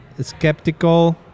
skeptical